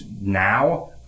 now